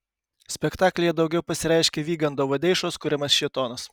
spektaklyje daugiau pasireiškia vygando vadeišos kuriamas šėtonas